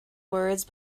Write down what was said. words